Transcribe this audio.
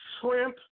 shrimp